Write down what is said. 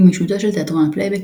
גמישותו של תיאטרון הפלייבק